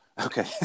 Okay